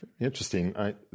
interesting